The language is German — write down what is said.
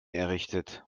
errichtet